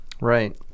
Right